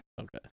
Okay